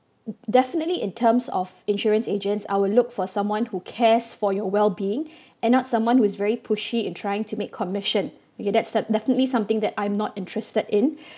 definitely in terms of insurance agents I will look for someone who cares for your well being and not someone who's very pushy in trying to make commission okay that's sep~ definitely something that I'm not interested in